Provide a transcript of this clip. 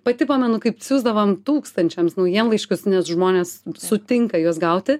pati pamenu kaip siųsdavom tūkstančiams naujienlaiškius nes žmonės sutinka juos gauti